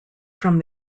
from